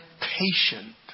patient